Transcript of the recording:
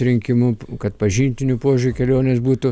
rinkimu kad pažintiniu požiūriu kelionės būtų